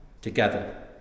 together